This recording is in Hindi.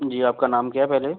जी आपका नाम क्या है पहले